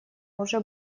уже